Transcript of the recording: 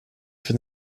for